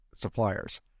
suppliers